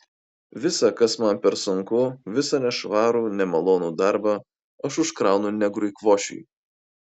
visa kas man per sunku visą nešvarų nemalonų darbą aš užkraunu negrui kvošiui